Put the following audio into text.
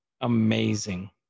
amazing